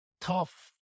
tough